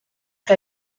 que